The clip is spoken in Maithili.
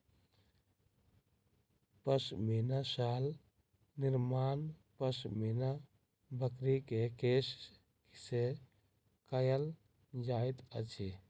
पश्मीना शाल निर्माण पश्मीना बकरी के केश से कयल जाइत अछि